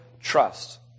trust